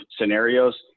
scenarios